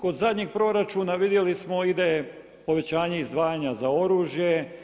Kod zadnjeg proračuna vidjeli smo ide povećanje izdvajanja za oružje.